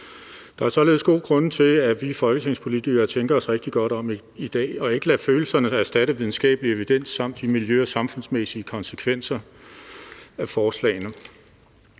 Der er således gode grunde til, at vi folketingspolitikere tænker os rigtig godt om i dag og ikke lader følelserne erstatte videnskabelig evidens samt de miljø- og samfundsmæssige konsekvenser af forslagene.